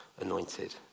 anointed